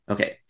Okay